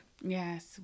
Yes